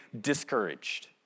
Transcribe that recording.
discouraged